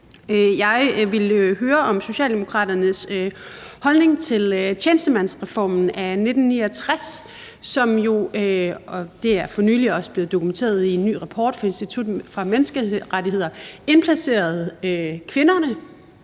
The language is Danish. Jeg vil høre om Socialdemokraternes holdning til tjenestemandsreformen af 1969, som jo – og det er for nylig også blevet dokumenteret i en ny rapport fra Institut for Menneskerettigheder – indplacerede de